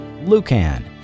Lucan